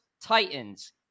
titans